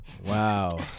wow